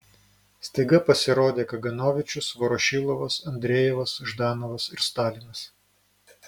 staiga pasirodė kaganovičius vorošilovas andrejevas ždanovas ir stalinas